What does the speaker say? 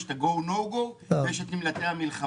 ויש את ה- go/no go ויש את נמלטי המלחמה.